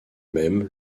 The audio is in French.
même